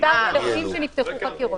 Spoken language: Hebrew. שבגינם נפתחו חקירות.